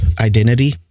identity